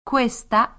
Questa